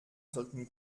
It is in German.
sollten